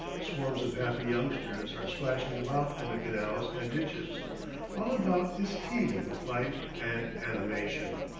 swarms of happy youngsters are splashing about in the canals and ditches all about is teeming with life and animation.